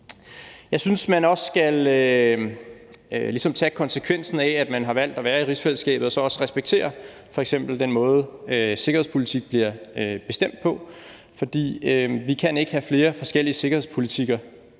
Jeg synes også, at man ligesom skal tage konsekvensen af, at man har valgt at være i rigsfællesskabet og så også respektere den måde, f.eks. sikkerhedspolitik bliver bestemt på, for vi kan ikke have flere forskellige sikkerhedspolitikker